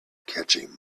catching